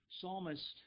psalmist